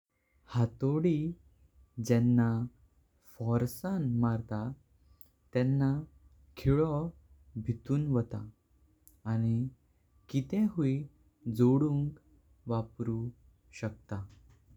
हथोडी जेंना फोर्साण मारता तेन्ना खिलो भितूं वाटा। आनी कितें हुई जोडिंंक वपु शकता।